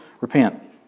repent